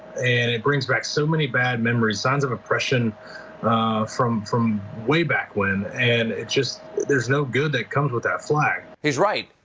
and it brings back so many bad memories. signs of oppression from from way back when. and it just there's no good that comes with that flag. stephen he's right,